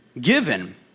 Given